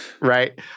Right